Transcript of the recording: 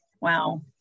Wow